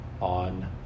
on